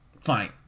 Fine